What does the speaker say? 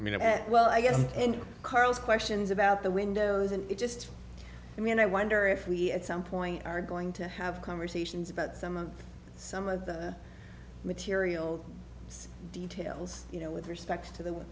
i mean it well i guess and carl's questions about the windows and it just i mean i wonder if we at some point are going to have conversations about some of some of the material details you know with respect to the